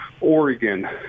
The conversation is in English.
Oregon